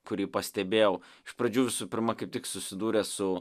kurį pastebėjau iš pradžių visų pirma kaip tik susidūręs su